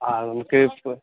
ആ നമ്മള്ക്ക് ഇപ്പോള്